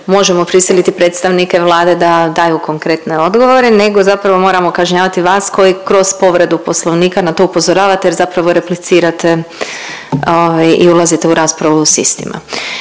možemo prisiliti predstavnike Vlade da daju konkretne odgovore nego zapravo moramo kažnjavati vas koji kroz povredu Poslovnika na to upozoravate, jer zapravo replicirate i ulazite u raspravu sa istima.